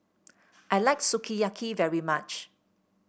I like Sukiyaki very much